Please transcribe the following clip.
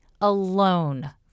alone